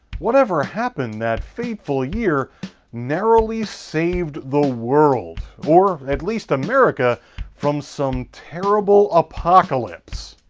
whatever happened that fateful year narrowly saved the world or at least america from some terrible apocalypse!